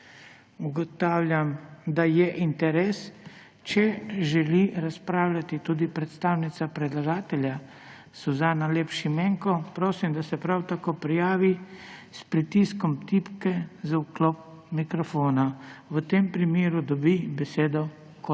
Ugotavljam, da je interes. Če želi razpravljati tudi predstavnica predlagatelja Suzana Lep Šimenko, prosim, da se prav tako prijavi s pritiskom tipke za vklop mikrofona. V tem primeru dobi besedo kot